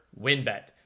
WinBet